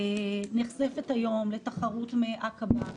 נחשפת היום לתחרות מעקבה,